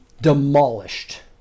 demolished